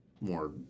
more